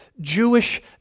Jewish